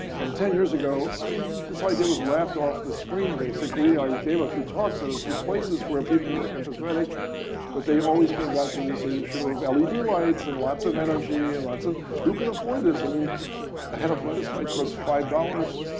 and ten years ago, i mean this idea was laughed off the screen, basically. i gave a few talks at a few places where people were empathetic but they've always came back to this issue of and led lights, and lots of energy, and lots of who can afford this? i mean a head of lettuce might cost five dollars.